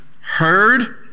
heard